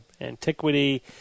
antiquity